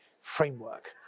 framework